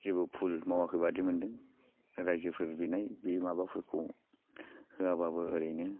जेबो भुल मावाखैबायदि मोनदों रायजोफोर बिनाय बे माबाफोरखौ होआबाबो ओरैनो